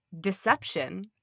deception